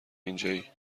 اینجایی